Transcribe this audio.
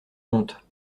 comte